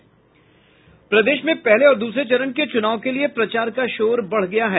प्रदेश में पहले और दूसरे चरण के चूनाव के लिए प्रचार का शोर बढ़ गया है